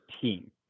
team